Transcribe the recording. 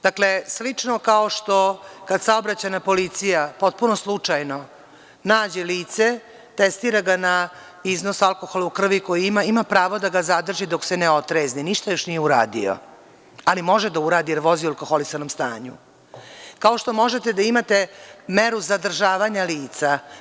Dakle, slično, kao što kada saobraćajna policija potpuno slučajno nađe lice, testira ga na iznos o alkoholu u krvi koji ima pravo da ga zadrži dok se ne otrezni, ništa još nije uradio, ali može da uradi, jer vozi u alkoholisanom stanju, kao što možete da imate meru zadržavanja lica.